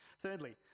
Thirdly